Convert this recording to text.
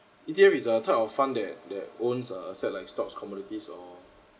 E_T_F is a type of fund that that owns a set like stocks commodities or